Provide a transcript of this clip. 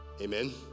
Amen